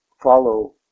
follow